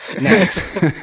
Next